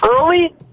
early